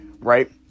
Right